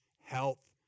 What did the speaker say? health